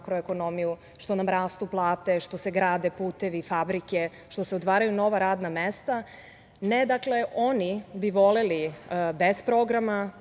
što nam rastu plate, što se grade putevi, fabrike, što se otvaraju nova radna mesta. Oni bi voleli bez programa,